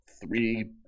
three